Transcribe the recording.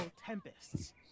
tempests